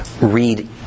read